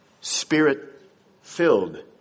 Spirit-filled